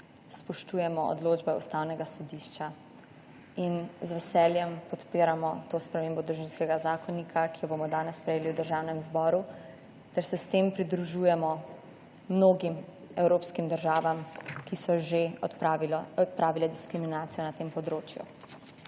spoštujemo odločbe Ustavnega sodišča in z veseljem podpiramo to spremembo Družinskega zakonika, ki jo bomo danes sprejeli v Državnem zboru in s katero se pridružujemo mnogim evropskim državam, ki so že odpravile diskriminacijo na tem področju.